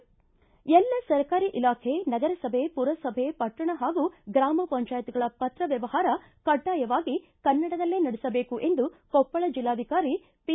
ಎಲ್ಲಾ ಸರ್ಕಾರಿ ಇಲಾಖೆ ನಗರಸಭೆ ಪುರಸಭೆ ಪಟ್ಟಣ ಹಾಗೂ ಗ್ರಾಮ ಪಂಚಾಯತ್ಗಳ ಪತ್ರ ವ್ವವಹಾರ ಕಡ್ಡಾಯವಾಗಿ ಕನ್ನಡದಲ್ಲೇ ನಡೆಸಬೇಕು ಎಂದು ಕೊಪ್ಪಳ ಜಿಲ್ಲಾಧಿಕಾರಿ ಪಿ